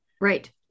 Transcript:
Right